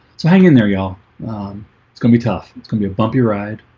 so hang in there y'all it's gonna be tough. it's gonna be a bumpy ride